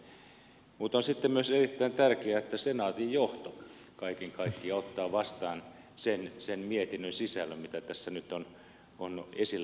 mutta sitten on myös erittäin tärkeää että senaatin johto kaiken kaikkiaan ottaa vastaan sen mietinnön sisällön mitä tässä nyt on esille tullut